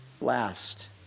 last